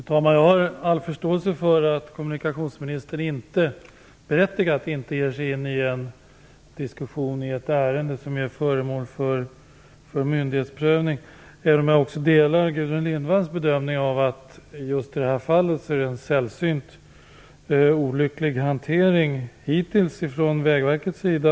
Fru talman! Jag har all förståelse för att kommunikationsministern inte ger sig in i en diskussion i ett ärende som är föremål för myndighetsprövning. Jag delar dock Gudrun Lindvalls bedömning att just i det här fallet har hanteringen hittills varit sällsynt olycklig ifrån Vägverkets sida.